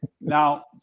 Now